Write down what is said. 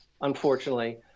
unfortunately